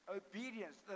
obedience